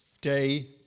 day